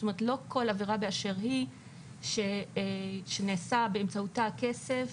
זאת אומרת לא כל עבירה באשר היא שנעשה באמצעותה הכסף,